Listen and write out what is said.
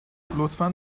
لطفا